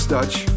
Dutch